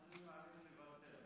אני מעדיף לוותר.